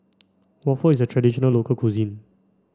waffle is a traditional local cuisine